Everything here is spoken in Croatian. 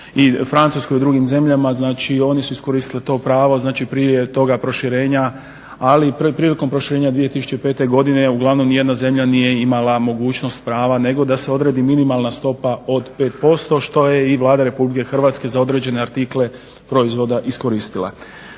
i Francuskoj i drugim zemljama, znači oni su iskoristili to pravo prije toga proširenja ali i prilikom proširenja 2005. godine uglavnom nijedna zemlja nije imala mogućnost prava nego da se odredi minimalna stopa od 5% što je i Vlada Republike Hrvatske za određene artikle proizvoda iskoristila.